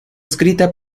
escrita